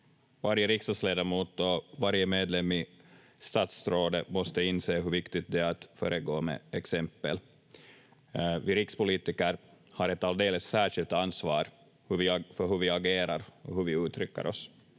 Varje riksdagsledamot och varje medlem i statsrådet måste inse hur viktigt det är att föregå med exempel. Vi rikspolitiker har ett alldeles särskilt ansvar för hur vi agerar och hur vi uttrycker oss.